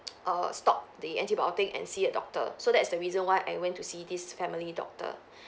err stop the antibiotic and see a doctor so that's the reason why I went to see this family doctor